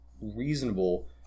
reasonable